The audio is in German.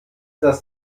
das